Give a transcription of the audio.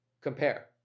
compare